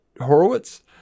Horowitz